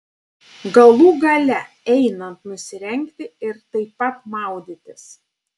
galų gale eina nusirengti ir taip pat maudytis